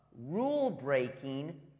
rule-breaking